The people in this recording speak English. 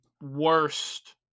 worst